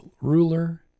ruler